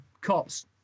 cops